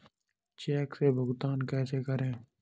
Check से भुगतान कैसे करें?